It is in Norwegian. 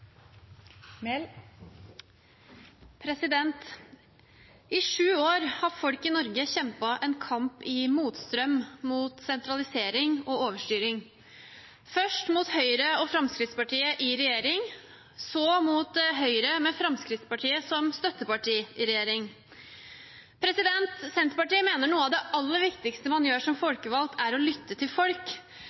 I sju år har folk i Norge kjempet en kamp i motstrøm mot sentralisering og overstyring, først mot Høyre og Fremskrittspartiet i regjering, så mot Høyre med Fremskrittspartiet som støtteparti til regjeringen. Senterpartiet mener at noe av det aller viktigste man gjør som folkevalgt, er å lytte til folk,